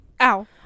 ow